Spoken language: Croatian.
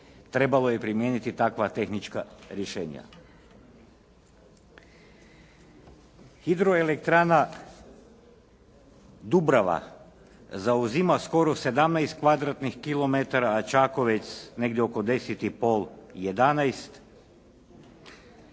trebalo je primijeniti takva tehnička rješenja. Hidroelektrana Dubrava zauzima skoro 17 km2, a Čakovec negdje oko 10,5-11.